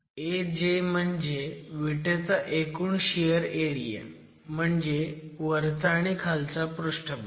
Aj म्हणजे विटेचा एकूण शियर एरिया म्हणजे वरचा आणि खालचा पृष्ठभाग